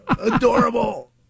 adorable